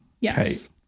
Yes